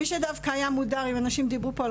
מי שדווקא היה מודר ואנשים דיברו פה על